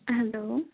hello